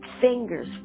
fingers